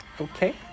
Okay